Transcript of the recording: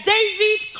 David